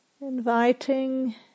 Inviting